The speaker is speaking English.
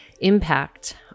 impact